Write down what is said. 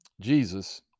Jesus